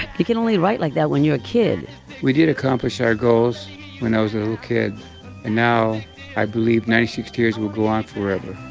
you can only write like that when you're a kid we did accomplish our goals when i was a kid and now i believe ninety six tears will go on forever.